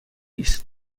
است